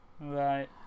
Right